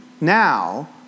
now